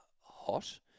hot